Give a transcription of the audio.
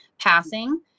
passing